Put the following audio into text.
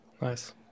Nice